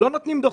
לא נותנים דוחות,